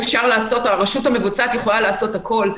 הרשות המבצעת יכולה לעשות הכול,